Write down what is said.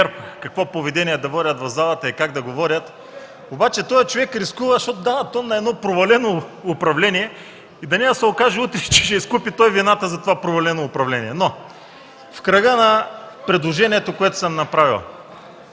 какво поведение да водят в залата и как да го водят. Този човек обаче рискува, защото дава тон на едно провалено управление и да не се окаже утре, че той ще изкупи вината за това провалено управление. В кръга на предложението, което съм направил.